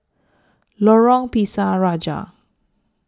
Lorong Pisang Raja